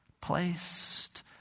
placed